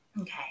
Okay